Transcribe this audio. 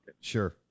Sure